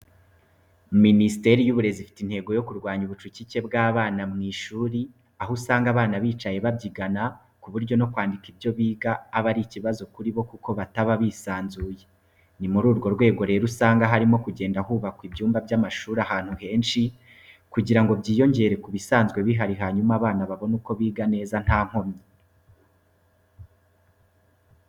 Minisiteri y'uburezi ifite intego yo kurwanya ubucucike bw'abana mu ishuri aho usanga abana bicaye babyigana ku buryo no kwandika ibyo biga aba ari ikibazo kuri bo, kuko bataba bisanzuye ni muri urwo rwego rero usanga harimo kugenda hubakwa ibyuma by'amashuri ahantu henshi kugira ngo byiyongere ku bisanzwe bihari hanyuma abana babone uko biga neza nta nkomyi.